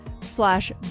slash